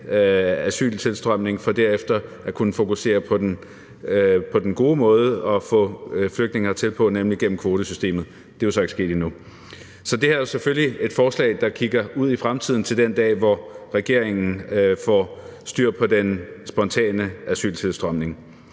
asyltilstrømning for derefter at kunne fokusere på den gode måde at få flygtninge hertil på, nemlig gennem kvotesystemet. Det er jo så ikke sket endnu. Så det her er selvfølgelig et forslag, der kigger ud i fremtiden til den dag, hvor regeringen får styr på den spontane asyltilstrømning.